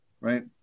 right